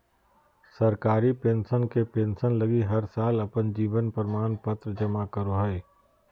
सरकारी पेंशनर के पेंसन लगी हर साल अपन जीवन प्रमाण पत्र जमा करो हइ